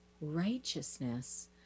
righteousness